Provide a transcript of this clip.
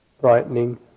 brightening